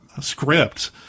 script